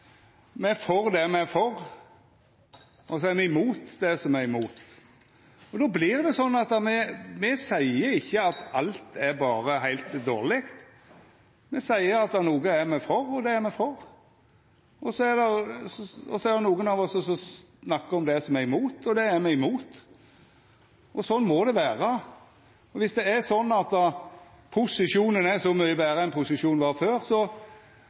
me er for det me er for, og så er me imot det som me er imot. Og då vert det sånn at me ikkje seier at alt er berre heilt dårleg. Me seier at noko er me for, og det er me for. Så er det nokre av oss som snakkar om at det som me er imot, er me imot. Sånn må det vera. Viss det er sånn at posisjonen er så mykje betre enn posisjonen var før,